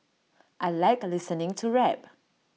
I Like listening to rap